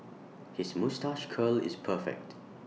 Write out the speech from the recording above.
his moustache curl is perfect